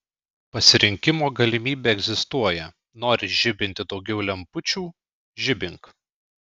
pasirinkimo galimybė egzistuoja nori žibinti daugiau lempučių žibink